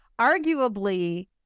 Arguably